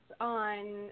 on